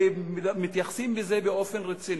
ומתייחסים לזה באופן רציני,